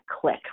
click